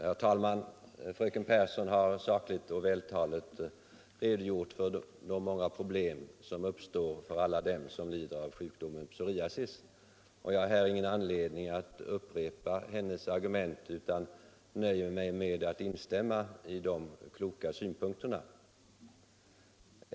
Herr talman! Fröken Pehrsson har sakligt och vältaligt redogjort för de många problem som uppstår för alla dem som lider av psoriasis, och jag har ingen anledning att upprepa hennes argument utan nöjer mig med att instämma i de kloka synpunkterna.